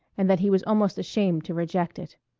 and that he was almost ashamed to reject it.